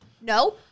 No